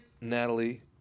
Natalie